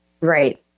Right